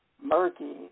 murky